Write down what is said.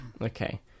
Okay